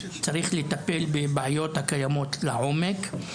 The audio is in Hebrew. צריך לטפל בבעיות הקיימות לעומק,